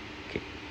okay